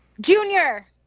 Junior